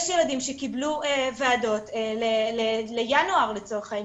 יש ילדים שקיבלו ועדות לינואר לצורך העניין.